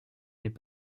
n’est